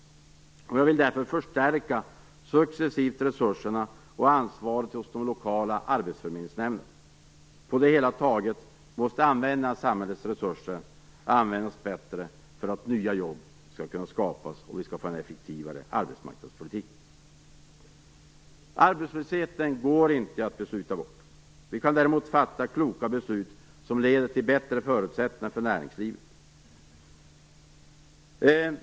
Jag vill därför att resurserna och ansvaret när det gäller de lokala arbetsförmedlingsnämnderna successivt förstärks. På det hela taget måste samhällets resurser användas bättre för att nya jobb skall kunna skapas och för att vi skall kunna få en effektivare arbetsmarknadspolitik. Arbetslösheten går det inte att besluta bort. Däremot kan vi fatta kloka beslut som leder till bättre förutsättningar för näringslivet.